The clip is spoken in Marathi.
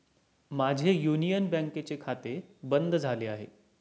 माझे युनियन बँकेचे खाते बंद झाले आहे